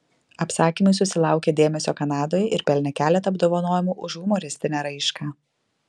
apsakymai susilaukė dėmesio kanadoje ir pelnė keletą apdovanojimų už humoristinę raišką